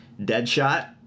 Deadshot